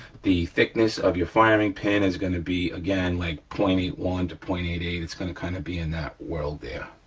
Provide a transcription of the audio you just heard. the thickness of your firing pin is gonna be, again, like point eight one to point eight eight. it's gonna kinda be in that world there.